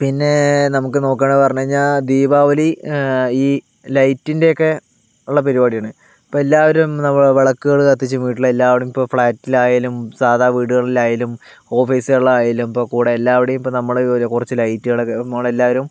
പിന്നെ നമുക്ക് നോക്കുകയാ ണെന്ന് പറഞ്ഞു കഴിഞ്ഞാൽ ദീപാവലി ഈ ലൈറ്റിൻ്റെ ഒക്കെ ഉള്ള പരിപാടിയാണ് ഇപ്പോൾ എല്ലാവരും നമ്മളെ വിളക്കുകൾ കത്തിച്ചു വീട്ടിൽ എല്ലാവിടേയും ഇപ്പോൾ ഫ്ലാറ്റിൽ ആയാലും സാധാ വീടുകളിൽ ആയാലും ഓഫീസുകളിൽ ആയാലും ഇപ്പോൾ കൂടെ എല്ലാവിടേയും ഇപ്പോൾ നമ്മളെല്ലാവരും കുറച്ച് ലൈറ്റുകളൊക്കെ നമ്മൾ എല്ലാവരും